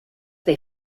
they